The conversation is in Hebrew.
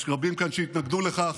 יש רבים כאן שהתנגדו לכך,